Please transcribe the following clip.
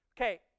Okay